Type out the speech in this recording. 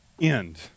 end